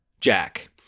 Jack